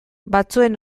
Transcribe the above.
batzuen